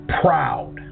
proud